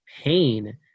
pain